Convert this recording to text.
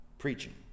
Preaching